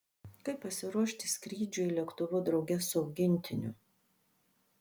kaip pasiruošti skrydžiui lėktuvu drauge su augintiniu